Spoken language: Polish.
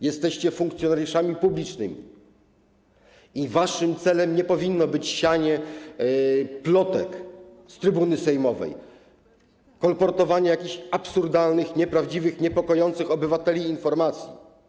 Jesteście funkcjonariuszami publicznymi i waszym celem nie powinno być sianie plotek z trybuny sejmowej, kolportowanie jakichś absurdalnych, nieprawdziwych, niepokojących obywateli informacji.